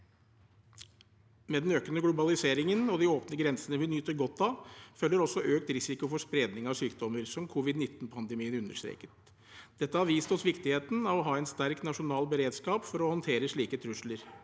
Med den økende globaliseringen og de åpne grensene vi nyter godt av, følger også økt risiko for spredning av sykdommer, som covid-19-pandemien understreket. Dette har vist oss viktigheten av å ha en sterk nasjonal beredskap for å håndtere slike trusler,